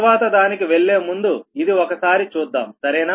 తరువాత దానికి వెళ్లేముందు ఇది ఒక సారి చూద్దాం సరేనా